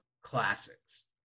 classics